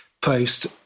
post